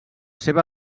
seva